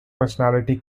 personality